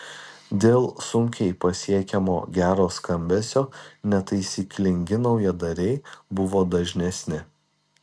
dėl sunkiai pasiekiamo gero skambesio netaisyklingi naujadarai buvo dažnesni